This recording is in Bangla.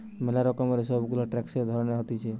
ম্যালা রকমের সব গুলা ট্যাক্সের ধরণ হতিছে